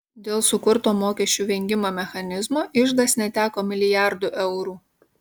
dėl sukurto mokesčių vengimo mechanizmo iždas neteko milijardų eurų